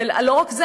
ולא רק זה,